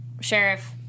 Sheriff